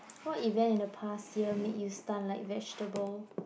what event in the past year made you stun like vegetable